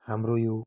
हाम्रो यो